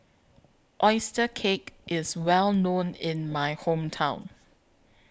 Oyster Cake IS Well known in My Hometown